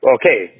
okay